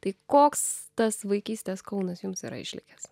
tai koks tas vaikystės kaunas jums yra išlikęs